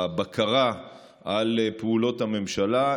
הבקרה על פעולות הממשלה,